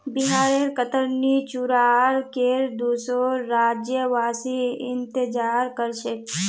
बिहारेर कतरनी चूड़ार केर दुसोर राज्यवासी इंतजार कर छेक